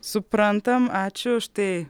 suprantam ačiū štai